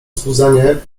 złudzenie